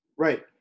Right